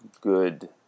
good